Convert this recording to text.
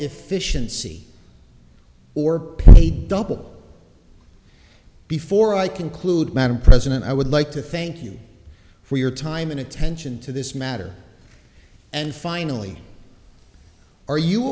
efficiency or pay double before i conclude madam president i would like to thank you for your time and attention to this matter and finally are you